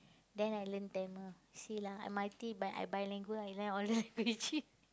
then I learn Tamil see lah I multi~ but I bilingual I learn all the language b~ b~